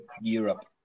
Europe